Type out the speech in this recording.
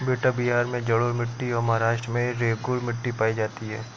बेटा बिहार में जलोढ़ मिट्टी और महाराष्ट्र में रेगूर मिट्टी पाई जाती है